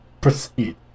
Proceed